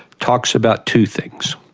talks about two things.